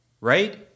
right